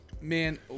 Man